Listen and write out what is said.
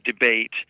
debate